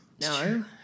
No